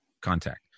Contact